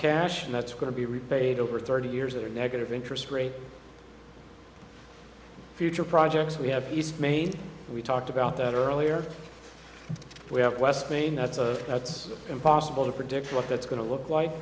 cash and that's going to be repaid over thirty years that are negative interest rate future projects we have east maine and we talked about that earlier we have west mean that's a that's impossible to predict what that's going to look like